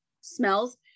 smells